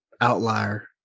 outlier